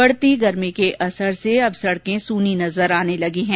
बढ़ते गर्मी के असर से अब सडकें सुनी नजर आने लगी है